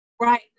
right